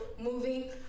moving